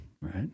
right